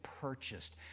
purchased